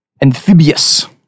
amphibious